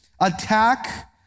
attack